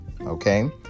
Okay